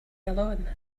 alone